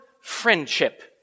friendship